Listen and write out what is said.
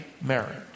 marriage